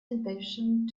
impatient